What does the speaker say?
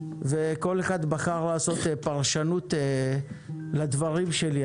וכל אחד בחר לעשות פרשנות לדברים שלי,